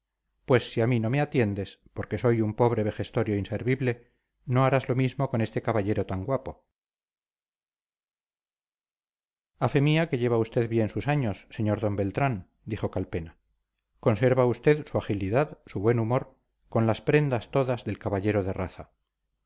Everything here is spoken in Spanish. pues si a mí no me atiendes porque soy un pobre vejestorio inservible no harás lo mismo con este caballero tan guapo a fe mía que lleva usted bien sus años sr d beltrán dijo calpena conserva usted su agilidad su buen humor con las prendas todas del caballero de raza